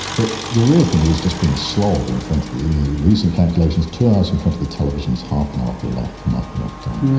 but the real thing is just being a slob in front of the. recent calculations, two hours in front of the television is half an hour off your life, a micro-life gone.